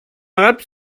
herab